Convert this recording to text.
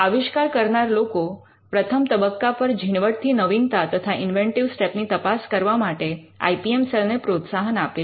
આવિષ્કાર કરનાર લોકો પ્રથમ તબક્કા પર ઝીણવટથી નવીનતા તથા ઇન્વેન્ટિવ સ્ટેપ ની તપાસ કરવા માટે આઇ પી એમ સેલ ને પ્રોત્સાહન આપે છે